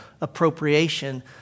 appropriation